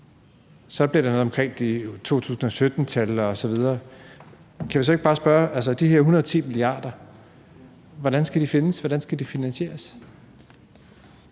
Så bliver det noget omkring 2017-tal osv. Kan vi så ikke bare spørge: Hvordan skal de her 110 mia. kr. findes? Hvordan skal de finansieres?